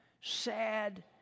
sad